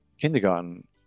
kindergarten